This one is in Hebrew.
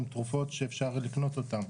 הן תרופות שאפשר לקנות אותן,